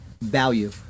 value